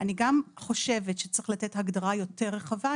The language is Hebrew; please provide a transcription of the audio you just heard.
אני גם חושבת שצריך לתת הגדרה יותר רחבה,